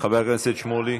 חבר הכנסת שמולי,